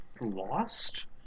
Lost